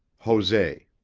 jose.